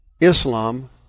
Islam